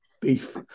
beef